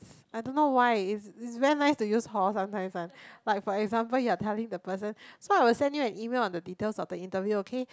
I don't know why it's it's very nice to use horn sometimes one like for example you are telling the person so I will send you an email on the details of the interview okay